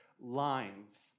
lines